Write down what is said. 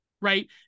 right